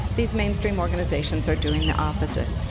these mainstream organizations are doing the opposite.